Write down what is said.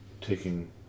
taking